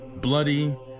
bloody